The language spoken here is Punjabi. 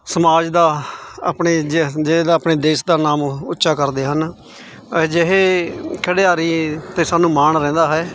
ਸਮਾਜ ਦਾ ਆਪਣੇ ਜ ਜ਼ਿਲ੍ਹੇ ਦਾ ਆਪਣੇ ਦੇਸ਼ ਦਾ ਨਾਮ ਉੱਚਾ ਕਰਦੇ ਹਨ ਅਜਿਹੇ ਖਿਡਾਰੀ 'ਤੇ ਸਾਨੂੰ ਮਾਣ ਰਹਿੰਦਾ ਹੈ